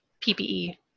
PPE